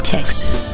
Texas